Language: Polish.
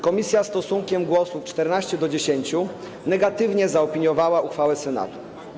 Komisja stosunkiem głosów 14 do 10 negatywnie zaopiniowała uchwałę Senatu.